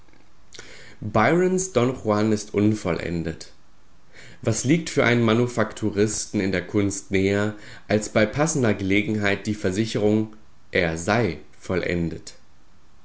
byrons don juan ist unvollendet was liegt für einen manufakturisten in der kunst näher als bei passender gelegenheit die versicherung er sei vollendet